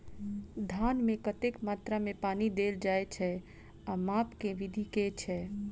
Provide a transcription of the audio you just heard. धान मे कतेक मात्रा मे पानि देल जाएँ छैय आ माप केँ विधि केँ छैय?